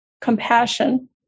compassion